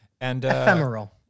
Ephemeral